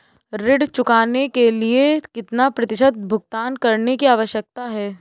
ऋण चुकाने के लिए कितना प्रतिशत भुगतान करने की आवश्यकता है?